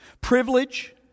Privilege